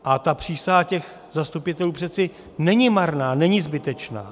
A ta přísaha zastupitelů přece není marná, není zbytečná.